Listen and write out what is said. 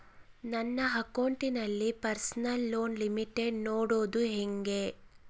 ನನ್ನ ಅಕೌಂಟಿನಲ್ಲಿ personal loan limit ನೋಡದು ಹೆಂಗೆ?